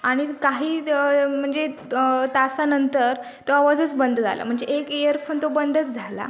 आणि काही म्हणजे तासानंतर तो आवाजच बंद झाला म्हणजे एक इअरफोन तो बंदच झाला